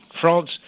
France